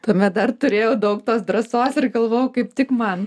tuomet dar turėjau daug tos drąsos ir galvojau kaip tik man